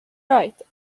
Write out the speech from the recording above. right